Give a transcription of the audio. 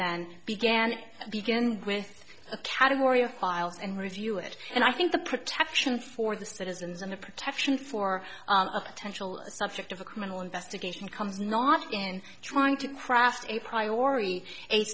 then began begin with a category of files and review it and i think the protection for the citizens and a protection for a potential subject of a criminal investigation comes not in trying to craft a priority